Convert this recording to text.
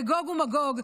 לגוג ומגוג,